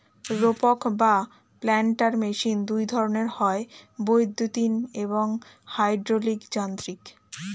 রোপক বা planter machine দুই ধরনের হয়, বৈদ্যুতিন এবং হাইড্রলিক যান্ত্রিক